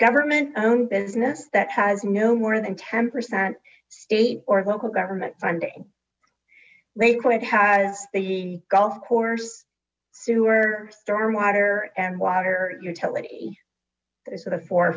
government owned business that has no more than ten percent state or local government funding lakewood has the golf course sewer stormwater and water utility so the four